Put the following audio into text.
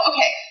Okay